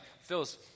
feels